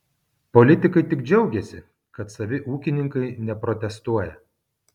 politikai tik džiaugiasi kad savi ūkininkai neprotestuoja